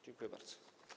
Dziękuję bardzo.